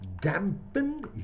dampen